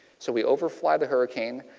so we over fly the hurricane,